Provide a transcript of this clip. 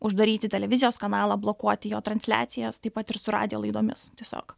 uždaryti televizijos kanalą blokuoti jo transliacijas taip pat ir su radijo laidomis tiesiog